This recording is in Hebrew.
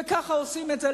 וככה עושים את זה,